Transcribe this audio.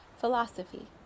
philosophy